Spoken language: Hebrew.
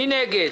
מי נגד?